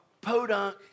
podunk